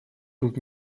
тут